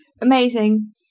Amazing